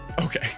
Okay